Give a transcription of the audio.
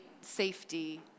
safety